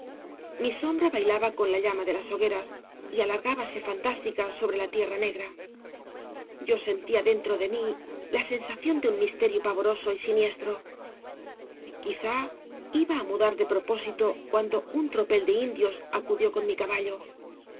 mi sombra bailaba con la llama de las hogueras y alargábase fantástica sobre la tierra negra yo sentía dentro de mí la sensación de un misterio pavoroso y siniestro quizá iba á mudar de propósito cuando un tropel de indios acudió con mi caballo